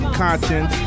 content